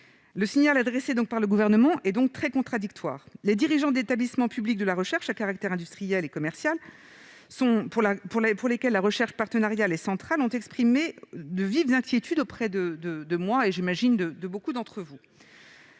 Le signal adressé par le Gouvernement est donc très contradictoire : les dirigeants d'établissements publics de la recherche à caractère industriel et commercial, pour lesquels la recherche partenariale est centrale, ont exprimé de vives inquiétudes auprès de beaucoup d'entre nous.